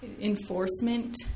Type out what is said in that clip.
enforcement